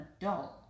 adult